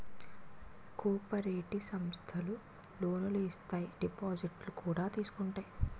cooperative సమస్థలు లోనులు ఇత్తాయి దిపాజిత్తులు కూడా తీసుకుంటాయి